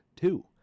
two